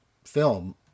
film